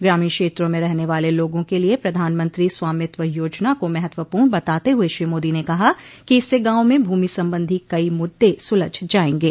ग्रामीण क्षेत्रों में रहने वाले लोगों के लिए प्रधानमंत्री स्वामित्व योजना को महत्वपूर्ण बताते हुए श्री मोदी ने कहा कि इससे गांवों में भूमि संबंधी कई मुद्दे सुलझ जाएंगे